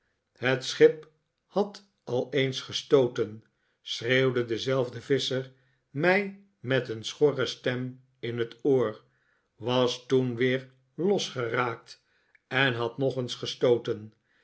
het schip had al eens gestooten schreeuwde dezelfde visscher mij met een schorre stem injiet oor was toen weer losgeraakt en had nbg eens gestooten